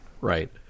Right